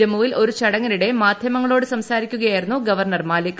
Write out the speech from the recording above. ജമ്മുവിൽ ഒരു ചടങ്ങിനിടെ മാധ്യമങ്ങളോട് സംസാരിക്കുകയായിരുന്നു ഗവർണർ മാലിക്